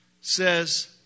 says